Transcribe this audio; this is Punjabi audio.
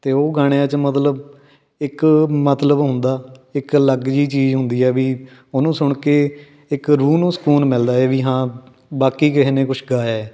ਅਤੇ ਉਹ ਗਾਣਿਆਂ 'ਚ ਮਤਲਬ ਇੱਕ ਮਤਲਬ ਹੁੰਦਾ ਇੱਕ ਅਲੱਗ ਜਿਹੀ ਚੀਜ਼ ਹੁੰਦੀ ਆ ਵੀ ਉਹਨੂੰ ਸੁਣ ਕੇ ਇੱਕ ਰੂਹ ਨੂੰ ਸਕੂਨ ਮਿਲਦਾ ਏ ਵੀ ਹਾਂ ਬਾਕਈ ਕਿਸੇ ਨੇ ਕੁਛ ਗਾਇਆ